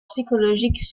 psychologiques